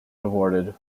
rewarded